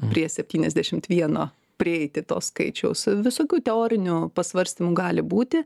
prie septyniasdešimt vieno prieiti to skaičiaus visokių teorinių pasvarstymų gali būti